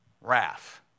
Wrath